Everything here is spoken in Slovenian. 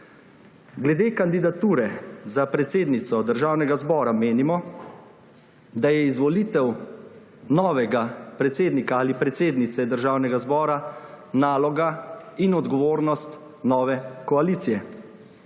Glede kandidature za predsednico Državnega zbora menimo, da je izvolitev novega predsednika ali predsednice Državnega zbora naloga in odgovornost nove koalicije.